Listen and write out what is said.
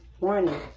morning